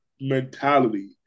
mentality